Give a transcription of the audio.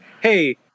hey